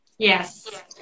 Yes